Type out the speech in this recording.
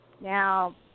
Now